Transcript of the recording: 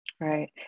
Right